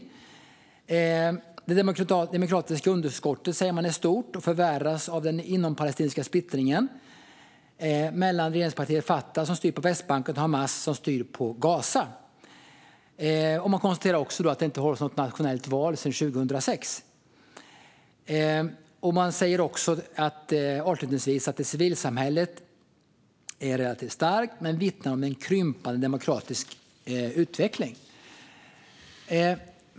Vidare framkommer att det demokratiska underskottet är stort och att det förvärras av den inompalestinska splittringen mellan regeringspartiet Fatah som styr på Västbanken och Hamas som styr på Gaza. I rapporten konstateras också att det inte har hållits något nationellt val sedan 2006 och att civilsamhället är relativt starkt men vittnar om en krympande demokratisk utveckling.